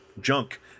junk